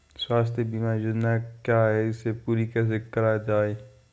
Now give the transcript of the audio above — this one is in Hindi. स्वास्थ्य बीमा योजना क्या है इसे पूरी कैसे कराया जाए?